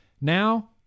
now